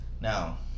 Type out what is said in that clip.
Now